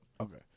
Okay